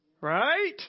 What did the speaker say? Right